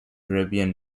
caribbean